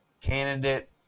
candidate